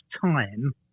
time